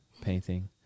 painting